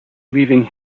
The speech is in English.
leaving